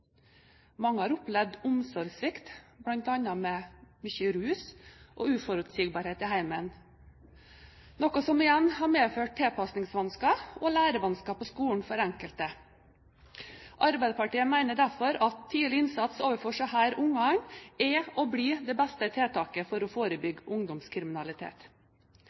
Mange har opplevd omsorgssvikt, bl.a. med mye rus og uforutsigbarhet i hjemmet, noe som igjen har medført tilpasningsvanskeligheter og lærevansker på skolen for enkelte. Arbeiderpartiet mener derfor at tidlig innsats overfor disse barna er og blir det beste tiltaket for å forebygge ungdomskriminalitet.